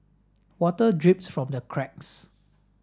water drips from the cracks